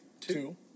two